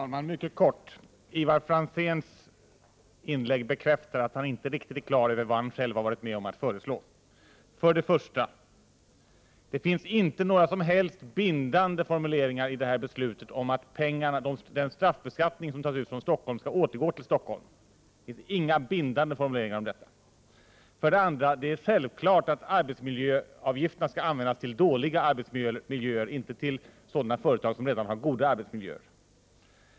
Fru talman! Mycket kort. Ivar Franzéns inlägg bekräftar att han inte är riktigt klar över vad han själv har varit med om att föreslå. För det första: Det finns inte några som helst bindande formuleringar om att den straffbeskattning som tas ut från Stockholm skall återgå till Stockholm. För det andra: Det är självklart att arbetsmiljöavgifterna skall användas till dåliga arbetsmiljöer inte till sådana företag som redan har goda arbetsmiljöer.